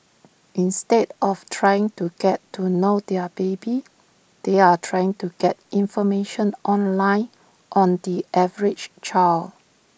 instead of trying to get to know their baby they are trying to get information online on the average child